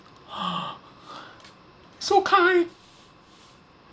so kind